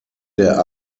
der